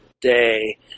day